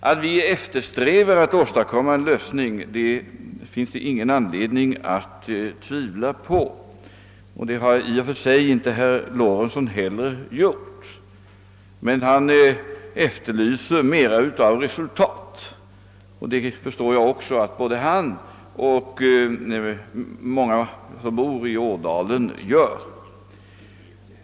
Att vi eftersträvar att åstadkomma en lösning finns det ingen anledning att tvivla på, och det har i och för sig inte herr Lorentzon gjort. Han efterlyser dock mera av resultat, och det förstår jag att både han och många som bor i Ådalen gör.